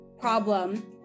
problem